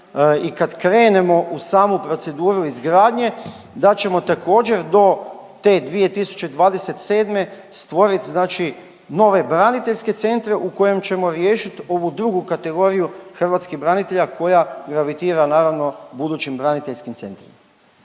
i kad krenemo u samu proceduru izgradnje da ćemo također do te 2027. stvorit nove braniteljske centre u kojem ćemo riješit ovu drugu kategoriju hrvatskih branitelja koja gravitira budućim braniteljskim centrima.